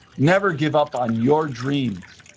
never give up on your dreams.